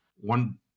one